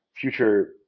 future